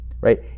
right